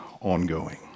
ongoing